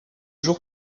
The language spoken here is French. jours